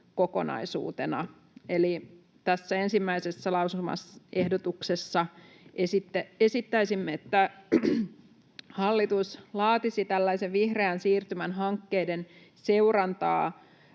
Eli tässä ensimmäisessä lausumaehdotuksessa esittäisimme, että hallitus laatisi vihreän siirtymän hankkeiden seurantaa